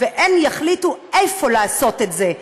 והן יחליטו איפה לעשות את זה.